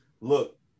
Look